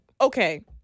Okay